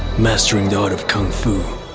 mastering the art of kung fu.